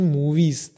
movies